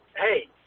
hey